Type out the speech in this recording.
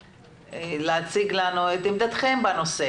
להציג לנו את עמדתכם בנושא.